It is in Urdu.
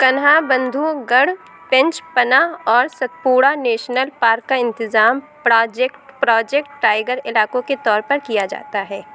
کنہا بندھو گڑھ پینچ پنا اور ستپوڑا نیشنل پارک کا انتظام پڑاجیکٹ پروجیکٹ ٹائیگر علاقوں کے طور پر کیا جاتا ہے